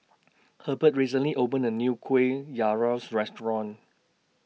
Herbert recently opened A New Kueh Restaurant